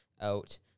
out